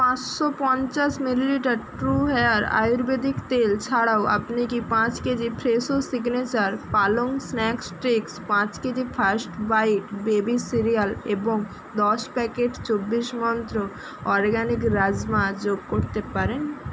পাঁচশো পঞ্চাশ millilitre true hair Ayurvedic তেল ছাড়াও আপনি কি পাঁচ কেজি ফ্রেশো সিগনেচার পালং স্ন্যাক্স স্টিক্স পাঁচ KG first bite baby cereal এবং দশ প্যাকেট চব্বিশ মন্ত্র অর্গ্যানিক রাজমা যোগ করতে পারেন